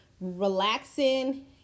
relaxing